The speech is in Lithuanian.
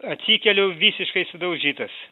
atsikeliu visiškai sudaužytas